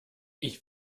ich